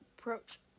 approach